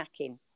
snacking